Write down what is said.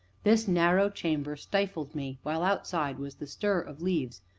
this narrow chamber stifled me, while outside was the stir of leaves,